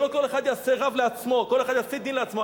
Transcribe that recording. שלא כל אחד יעשה רב לעצמו, כל אחד יעשה דין לעצמו.